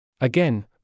Again